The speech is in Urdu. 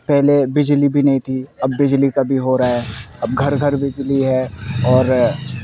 پہلے بجلی بھی نہیں تھی اب بجلی کا بھی ہو رہا ہے اب گھر گھر بجلی ہے اور